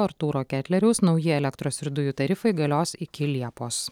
artūro ketleriaus nauji elektros ir dujų tarifai galios iki liepos